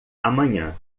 amanhã